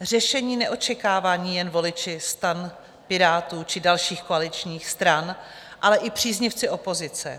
Řešení neočekávají jen voliči STAN, Pirátů či dalších koaličních stran, ale i příznivci opozice.